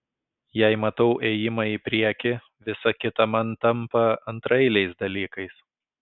jei matau ėjimą į priekį visa kita man tampa antraeiliais dalykais